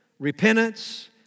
repentance